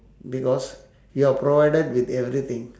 because you are provided with everything